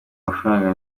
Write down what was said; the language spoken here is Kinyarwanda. amafaranga